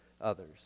others